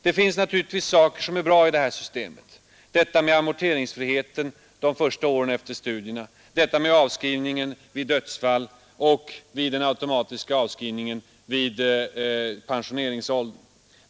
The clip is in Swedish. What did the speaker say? Det finns naturligtvis saker som är bra i det här systemet, amorteringsfriheten de första åren efter studierna, avskrivningen vid dödsfall och den automatiska avskrivningen vid pensioneringsåldern.